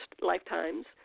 lifetimes